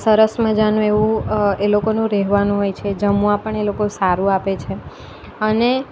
સરસ મજાનું એવું એ લોકોનું રહેવાનું હોય છે જમવા પણ એ લોકો સારું આપે છે અને